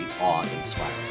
awe-inspiring